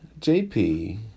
JP